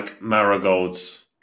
marigolds